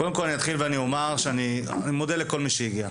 קודם כל אני אתחיל ואני אומר שאני מודה לכל מי שהגיע,